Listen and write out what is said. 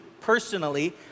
personally